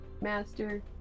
master